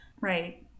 right